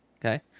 okay